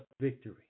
victory